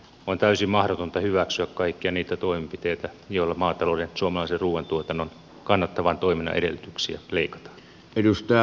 on täysin mahdotonta hyväksyä kaikkia niitä toimenpiteitä joilla maatalouden suomalaisen ruuantuotannon kannattavan toiminnan edellytyksiä leikataan